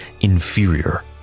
inferior